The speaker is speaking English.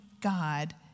God